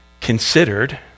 considered